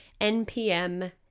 NPM